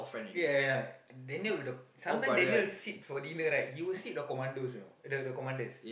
ya ya ya Daniel sometime Daniel sit for dinner right he will sit the commanders you know the the commanders